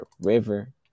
river